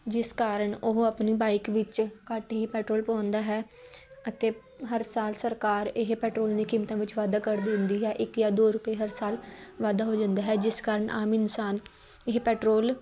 ਜਿਸ ਕਾਰਨ ਉਹ ਆਪਣੀ ਬਾਈਕ ਵਿੱਚ ਘੱਟ ਹੀ ਪੈਟਰੋਲ ਪਵਾਉਂਦਾ ਹੈ ਅਤੇ ਹਰ ਸਾਲ ਸਰਕਾਰ ਇਹ ਪੈਟਰੋਲ ਦੀਆਂ ਕੀਮਤਾਂ ਵਿੱਚ ਵਾਧਾ ਕਰ ਦਿੰਦੀ ਹੈ ਇੱਕ ਜਾਂ ਦੋ ਰੁਪਏ ਹਰ ਸਾਲ ਵਾਧਾ ਹੋ ਜਾਂਦਾ ਹੈ ਜਿਸ ਕਾਰਨ ਆਮ ਇਨਸਾਨ ਇਹ ਪੈਟਰੋਲ